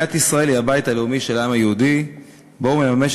"מדינת ישראל היא הבית הלאומי של העם היהודי בו הוא מממש